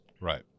Right